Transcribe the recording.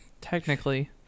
technically